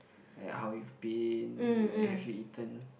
like how you've been like have you eaten